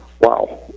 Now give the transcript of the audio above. wow